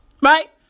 right